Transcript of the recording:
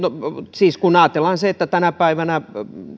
siis kun ajatellaan että tänä päivänä